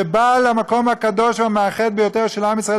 שבא למקום הקדוש והמאחד ביותר של עם ישראל,